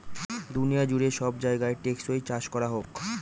দুনিয়া জুড়ে সব জায়গায় টেকসই চাষ করা হোক